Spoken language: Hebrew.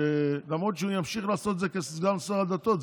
למרות שהוא ימשיך לעשות את זה כסגן שר הדתות,